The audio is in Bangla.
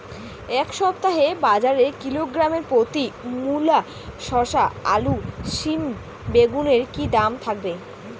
এই সপ্তাহে বাজারে কিলোগ্রাম প্রতি মূলা শসা আলু সিম বেগুনের কী দাম থাকবে?